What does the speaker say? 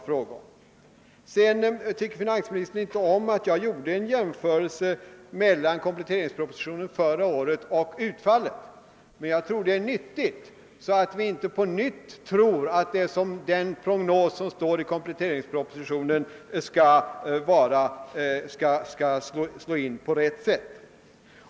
Finansministern tyckte inte om att jag gjorde en jämförelse mellan prognoserna i förra årets kompletteringsproposition och det verkliga utfallet. Men jag tror det är nyttigt med en sådan jämförelse, så att vi inte återigen tror att den prognos som ges i kompletteringspropositionen skall slå in.